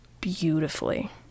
beautifully